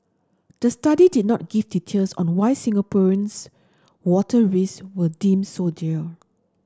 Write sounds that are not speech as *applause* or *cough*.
the study did not give details on why Singapore's water risk were deemed so *unintelligible*